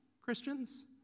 Christians